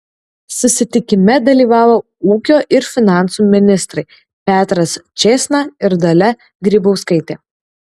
susitikime dalyvavo ūkio ir finansų ministrai petras čėsna ir dalia grybauskaitė